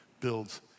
builds